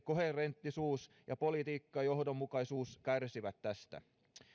koherenttisuus ja politiikkajohdonmukaisuus kärsivät tästä